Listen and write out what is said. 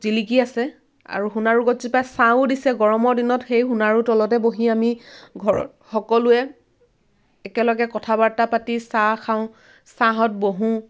জিলিকি আছে আৰু সোণাৰু গছজোপাই ছাঁও দিছে গৰমৰ দিনত সেই সোণাৰু তলতে বহি আমি ঘৰৰ সকলোৱে একেলগে কথা বাৰ্তা পাতি চাহ খাওঁ ছাঁহত বহোঁ